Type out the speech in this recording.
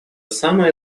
самое